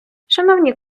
шановні